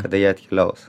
kada jie atkeliaus